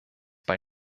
bei